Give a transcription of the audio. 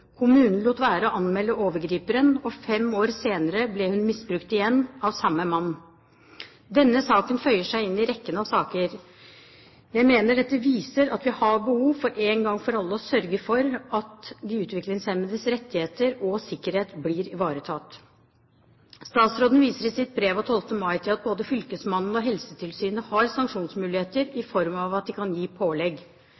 Kommunen lot være å anmelde overgriperen, og fem år senere ble hun misbrukt igjen, av samme mann. Denne saken føyer seg inn i rekken av saker. Jeg mener dette viser at vi har behov for, én gang for alle, å sørge for at de utviklingshemmedes rettigheter og sikkerhet blir ivaretatt. Statsråden viser i sitt brev av 12. mai til at både fylkesmannen og Helsetilsynet har sanksjonsmuligheter i